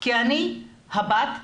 כי אני הבת שעסוקה.